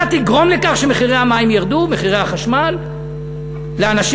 אתה תגרום לכך שמחירי המים והחשמל ירדו לאנשים